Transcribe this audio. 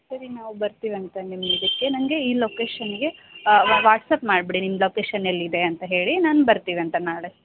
ಸರಿ ನಾವು ಬರ್ತೀವಂತೆ ನಿಮ್ದು ಇದಕ್ಕೆ ನನಗೆ ಈ ಲೋಕೇಶನ್ನಿಗೆ ವಾಟ್ಸಾಪ್ ಮಾಡಿಬಿಡಿ ನಿಮ್ಮ ಲೋಕೇಶನ್ ಎಲ್ಲಿದೆ ಅಂತ ಹೇಳಿ ನಾನು ಬರ್ತೀವಂತೆ ನಾಳೆ